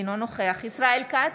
אינו נוכח ישראל כץ,